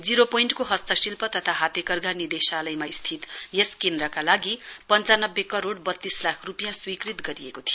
zero पोइन्टको हस्तशिल्प तथा हातेकर्धा निदेशालयमा स्थित यस केन्द्रका लागि पञ्चानब्बे करोइ वत्तीस लाख रुपियाँ स्वीकृत गरिएको थियो